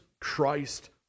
Christ